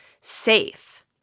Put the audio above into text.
safe